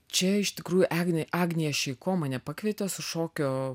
čia iš tikrųjų agnė agnė šeiko mane pakvietė su šokio